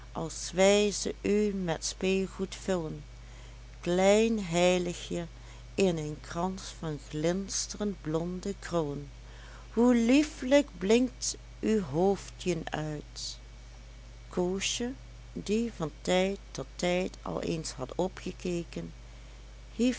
als wij ze u met speelgoed vullen klein heiligje in een krans van glinstrend blonde krullen hoe lieflijk blinkt uw hoofdjen uit koosje die van tijd tot tijd al eens had opgekeken hief